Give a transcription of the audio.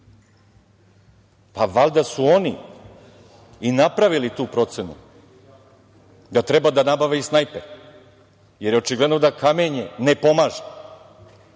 su valjda i napravili tu procenu da treba da nabave i snajper, jer je očigledno da kamenje ne pomaže.